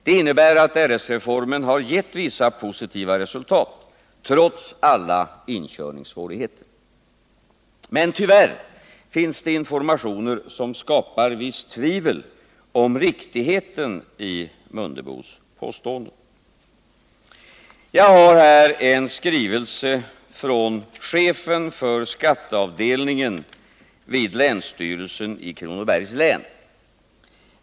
Det innebär att RS-reformen har givit vissa positiva resultat, trots alla inkörningssvårigheter. Men tyvärr finns det information som skapar visst tvivel om riktigheten i Ingemar Mundebos påståenden. Jag har här en skrivelse från chefen för skatteavdelningen vid länsstyrelsen i Kronobergs län.